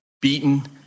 beaten